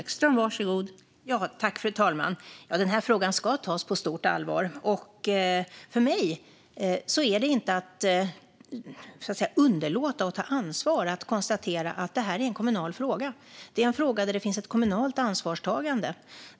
Fru talman! Den här frågan ska tas på stort allvar. För mig är det inte att underlåta att ta ansvar att konstatera att detta är en kommunal fråga. Det är en fråga där det finns ett kommunalt ansvarstagande.